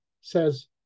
says